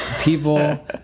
people